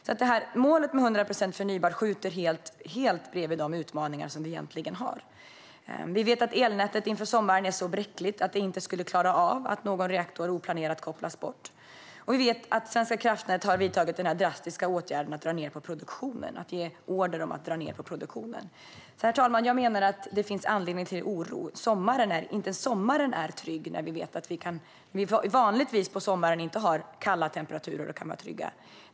Målet om 100 procent förnybart skjuter alltså helt och hållet bredvid de utmaningar vi egentligen har. Vi vet att elnätet inför sommaren är så bräckligt att det inte skulle klara av att någon reaktor oplanerat kopplas bort. Vi vet att Svenska kraftnät har vidtagit den drastiska åtgärden att ge order om att dra ned på produktionen. Herr talman! Jag menar att det finns anledning till oro. Inte ens sommaren är trygg när vi vet att vi vanligtvis på sommaren inte har kalla temperaturer och kan vara trygga.